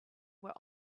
were